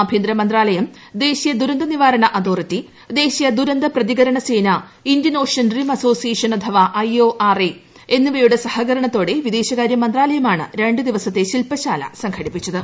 ആഭ്യന്തര മന്ത്രാലയം ദേശീയ ദുരന്ത നിവാരണ അതോറിറ്റി ദേശീയ ദുരന്ത പ്രതികരണ സേന ഇന്ത്യൻ ഓഷൻ റിം അസോസിയേഷൻ അഥവാ ഐഒആർഎ എന്നിവയുടെ സഹകരണത്തോടെ വിദേശകാര്യ മന്ത്രാലയമാണ് രണ്ട് ദിവസത്തെ ശില്പശാല സംഘടിപ്പിച്ചത്